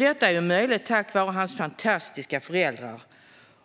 Detta är möjligt tack vare hans fantastiska föräldrar